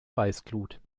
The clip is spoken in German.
weißglut